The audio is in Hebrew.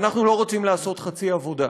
ואנחנו לא רוצים לעשות חצי עבודה,